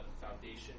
foundation